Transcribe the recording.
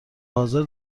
حاضر